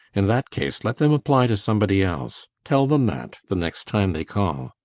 in that case, let them apply to somebody else. tell them that, the next time they call.